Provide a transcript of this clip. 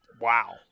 Wow